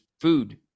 food